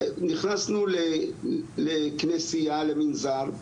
נכנסנו לכנסייה למנזר,